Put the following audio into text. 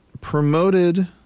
promoted